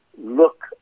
look